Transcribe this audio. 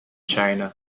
china